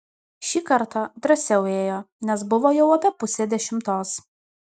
šį kartą drąsiau ėjo nes buvo jau apie pusė dešimtos